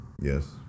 Yes